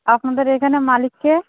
আপনাদের এখানে মালিক কে